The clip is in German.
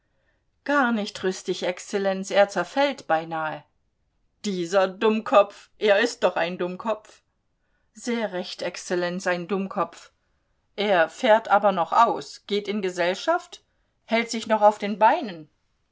gar nicht rüstig exzellenz er zerfällt beinahe dieser dummkopf er ist doch ein dummkopf sehr recht exzellenz ein dummkopf er fährt aber noch aus geht in gesellschaft hält sich noch auf den beinen